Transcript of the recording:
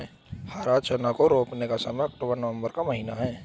हरा चना को रोपने का समय अक्टूबर नवंबर का महीना है